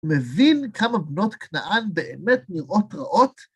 מבין כמה בנות כנען באמת נראות רעות?